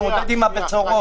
תתמודד עם הבשורות.